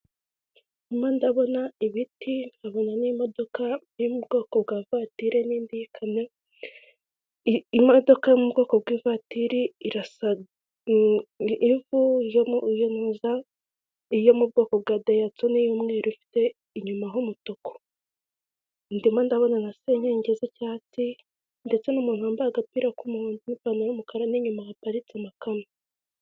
Ndimo ndabona ibiti, nkabona n’imodoka yo mu bwoko bwa vatire. N’indi y’akamyo imodoka yo mu bwoko bw’ivatiri irasa ivu yo mu uza iyo mu bwoko bwa dayihatso y’umweru ifite inyuma h’umutuku. Ndimo ndabona na senyenge z’icyahatsi, ndetse n’umuntu wambaye agapira k’umuhondo n’ipantaro y’umukara n’inyuma haparitse amakamyo.